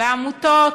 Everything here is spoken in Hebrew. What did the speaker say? בעמותות,